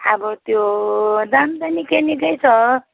अब त्यो दाम त निकै निकै छ